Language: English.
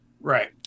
Right